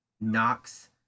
knocks